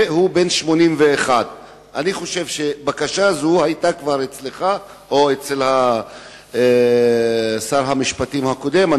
והוא בן 81. בקשה זו היתה כבר אצלך או אצל שר המשפטים הקודם,